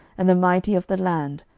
and the mighty of the land,